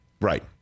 Right